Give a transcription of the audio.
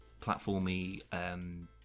platformy